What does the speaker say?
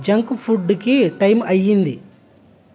junk ఫుడ్కి time అయ్యింది